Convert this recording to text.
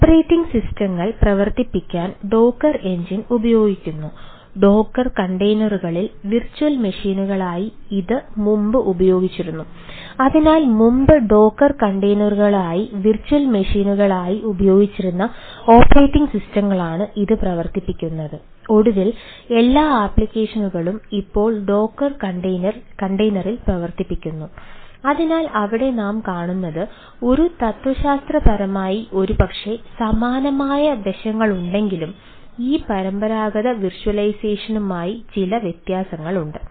operating സിസ്റ്റങ്ങൾ ചില വ്യത്യാസങ്ങളുണ്ട്